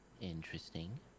Interesting